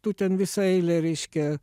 tų ten visa eilė reiškia